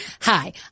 Hi